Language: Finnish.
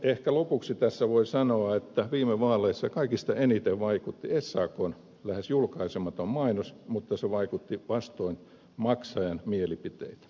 ehkä lopuksi tässä voi sanoa että viime vaaleissa kaikista eniten vaikutti sakn lähes julkaisematon mainos mutta se vaikutti vastoin maksajan mielipiteitä